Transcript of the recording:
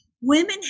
Women